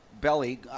belly